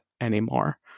anymore